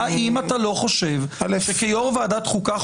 אני --- האם אתה לא חושב כיושב-ראש ועדת חוקה,